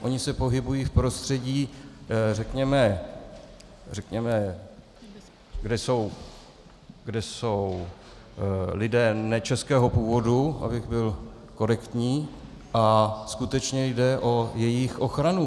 Oni se pohybují v prostředí, řekněme, kde jsou lidé nečeského původu, abych byl korektní, a skutečně jde o jejich ochranu.